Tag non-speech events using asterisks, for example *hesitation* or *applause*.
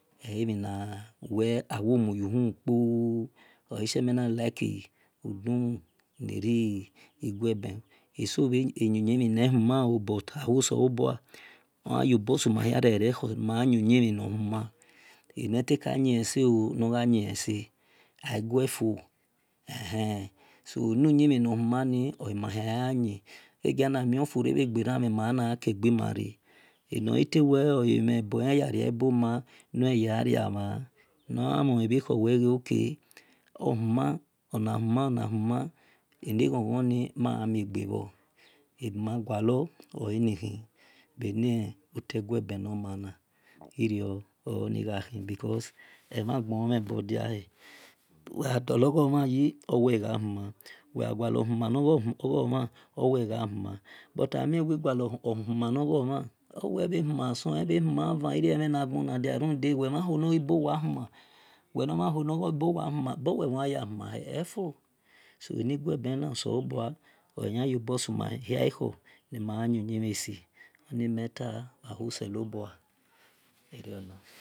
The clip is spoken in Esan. Elemhi na wel awo muyu hu kpooo oleshie mel na liki edu ne ri igueben eso eyi uyinmhon nehumen oo bit ahuo selobual oyayobo suma hia ere ekhor m ma gha yi uyimhi nor human enetaka yin ese oo gha yin ese aigue fo ehel enuyin no hima ni olima yan gha yin mjegiana mieofure bhe gberami ma yan na gja re gbimare enough tewel ole mhe boyan yaria boma nugja mhon *hesitation* emhokhor wel ghe ona huma ona hu. a na ghon ghon ni ma gha miegbe bhor ebi. agualor ole nikhi bhene ole guebe nor mana eerio oni gha khi because emhan ghon or mhn bordia he wegha dologho mhn bordia he wegja dologho mhan yi owe gha human wel gho gulo huma nor gho mhem owe gha human but aghamie aghamie wul gua lor human nor ghor mhan owe bhe huma ason owe bhe huma bha van irio emhen a gbona dia ran de wel mhan hol nor ghi bowa huma owe bhe huma so eni gueben na oselobuu oya rio bo su ma hia ekher ni ma gha yin uyimhei si oni me ta bha huo sebua irio nor